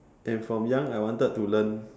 and from young I wanted to learn